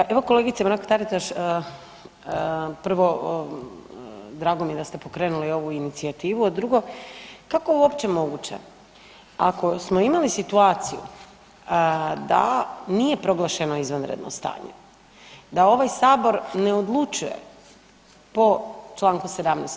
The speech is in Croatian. Pa evo kolegice Mrak Taritaš prvo drago mi je da ste pokrenuli ovu inicijativu, a drugo kako uopće moguće ako smo imali situaciju da nije proglašeno izvanredno stanje, da ovaj Sabor ne odlučuje po čl. 17.